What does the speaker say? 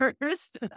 first